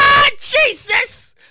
jesus